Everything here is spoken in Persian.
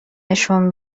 نشون